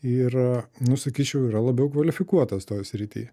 ir nu sakyčiau yra labiau kvalifikuotas toj srity